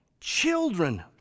children